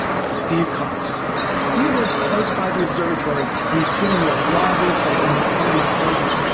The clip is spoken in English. steve cox steve lives close by the observatory and has given me a lot of insight into some of my content,